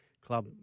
club